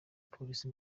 polisi